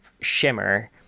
shimmer